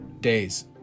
days